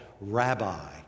rabbi